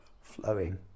flowing